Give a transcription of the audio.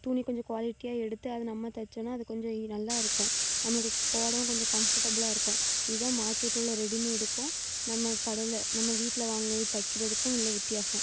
துணி கொஞ்சம் குவாலிட்டியாக எடுத்து அது நம்ம தச்சோம்னால் அது கொஞ்சம் நல்லா இருக்கும் நம்மளுக்கு போடவும் கொஞ்சம் கம்ஃபர்டபுலாக இருக்கும் இதுதான் மார்க்கெட்டில் உள்ள ரெடிமேடுக்கும் நம்ம கடையில் நம்ம வீட்டில் வாங்கி தைக்கிறதுக்கும் உள்ளே வித்தியாசம்